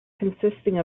consisting